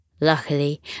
Luckily